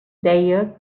deia